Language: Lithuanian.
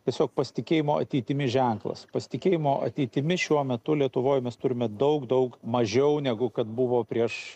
tiesiog pasitikėjimo ateitimi ženklas pasitikėjimo ateitimi šiuo metu lietuvoj mes turime daug daug mažiau negu kad buvo prieš